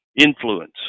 influence